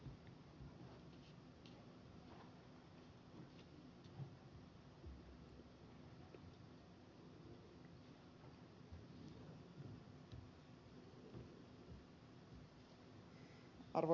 arvoisa puhemies